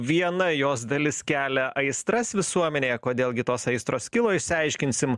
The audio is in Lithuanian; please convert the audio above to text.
viena jos dalis kelia aistras visuomenėje kodėl gi tos aistros kilo išsiaiškinsim